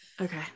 okay